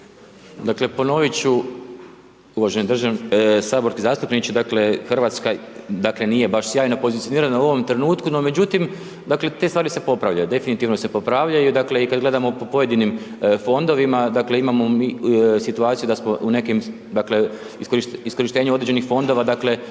Dakle ponoviti ću, uvaženi saborski zastupniče, dakle Hrvatska dakle nije baš sjajno pozicionirana u ovom trenutku, no međutim dakle te stvari se popravljaju, definitivno se popravljaju i dakle kada gledamo po pojedinim fondovima, dakle imamo mi situaciju da smo u nekim, u iskorištenju određenih fondova i